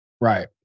Right